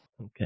Okay